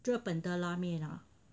日本的拉面